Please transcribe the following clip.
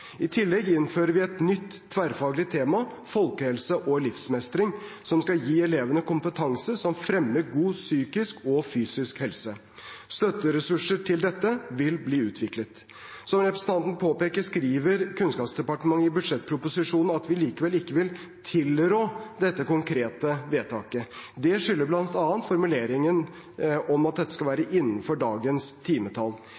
I tillegg innfører vi et nytt, tverrfaglig tema, folkehelse og livsmestring, som skal gi elevene kompetanse som fremmer god psykisk og fysisk helse. Støtteressurser til dette vil bli utviklet. Som representanten påpeker, skriver Kunnskapsdepartementet i budsjettproposisjonen at vi likevel ikke vil tilrå dette konkrete vedtaket. Det skyldes bl.a. formuleringen om at dette skal